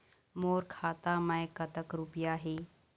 मोर खाता मैं कतक रुपया हे?